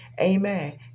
amen